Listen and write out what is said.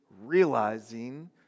realizing